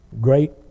great